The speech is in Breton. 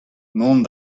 mont